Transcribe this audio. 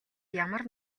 ямар